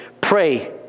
pray